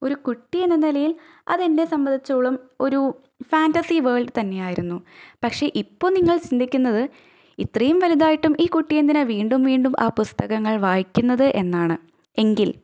ഒരു കുട്ടിയെന്ന നിലയില് അത് എന്നെ സംബന്ധിച്ചോളം ഒരു ഫാന്റ്റസി വേള്ഡ് തന്നെയായിരുന്നു പക്ഷെ ഇപ്പോൾ നിങ്ങള് ചിന്തിക്കുന്നത് ഇത്രയും വലുതായിട്ടും ഈ കുട്ടിയെന്തിനാ വീണ്ടും വീണ്ടും ആ പുസ്തകങ്ങള് വായിക്കുന്നത് എന്നാണ് എങ്കില്